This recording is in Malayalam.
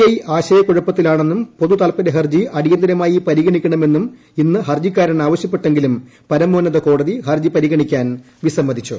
ഐ ആശയക്കുഴപ്പത്തിലാണെന്നും പൊതുതാല്പരൃ ഹർജി അടിയന്തിരമായി പരിഗണിക്കണമെന്നും ഇന്ന് ഹർജിക്കാരൻ ആവശ്യപ്പെട്ടെങ്കിലും പരമോന്നതകോടതി ഹർജി പരിഗണിക്കാൻ വിസമ്മതിച്ചു